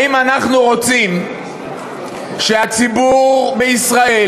האם אנחנו רוצים שהציבור בישראל,